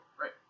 Right